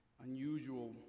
unusual